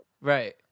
Right